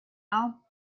know